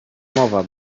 mowa